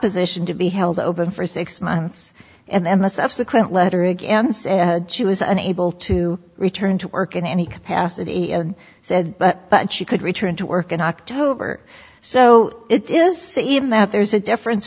position to be held open for six months and the subsequent letter against she was unable to return to work in any capacity and said but but she could return to work in october so it is even that there's a difference